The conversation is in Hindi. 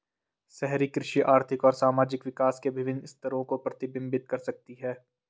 शहरी कृषि आर्थिक और सामाजिक विकास के विभिन्न स्तरों को प्रतिबिंबित कर सकती है